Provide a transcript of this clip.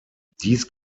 dies